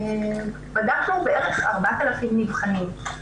בדקנו בערך 4,000 נבחנים,